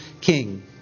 king